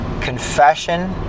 Confession